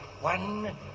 One